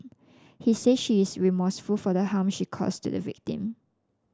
he say she is remorseful for the harm she caused to the victim